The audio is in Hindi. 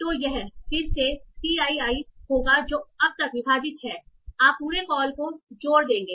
तो यह फिर से C ii होगा जो अब तक विभाजित है आप पूरे कॉल को जोड़ देंगे